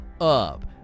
up